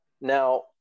now